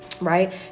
Right